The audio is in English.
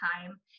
time